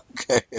Okay